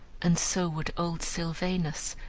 and so would old sylvanus,